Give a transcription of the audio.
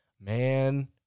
man